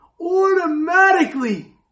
automatically